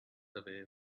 away